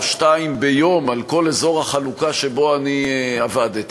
שתיים ביום על כל אזור החלוקה שבו אני עבדתי,